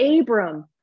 Abram